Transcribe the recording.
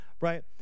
right